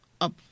up